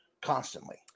Constantly